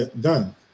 done